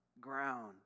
ground